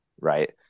right